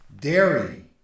dairy